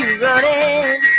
running